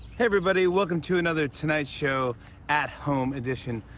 everybody. welcome to another tonight show at home edition.